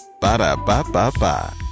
Ba-da-ba-ba-ba